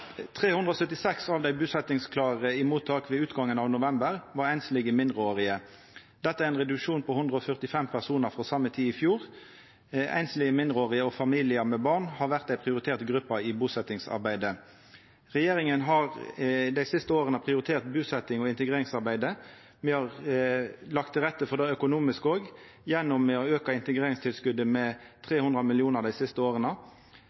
376 av dei busetjingsklare i mottaka ved utgangen av november var einslege mindreårige. Dette er ein reduksjon på 145 personar frå same tid i fjor. Einslege mindreårige og familiar med barn har vore ei prioritert gruppe i busetjingsarbeidet. Regjeringa har dei siste åra prioritert busetjings- og integreringsarbeidet. Me har lagt til rette for det òg økonomisk, gjennom å auka integreringstilskotet med 300 mill. kr dei siste åra.